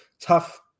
Tough